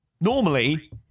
normally